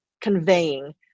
conveying